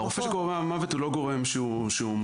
הרופא שקובע מוות הוא לא גורם שמוסמך.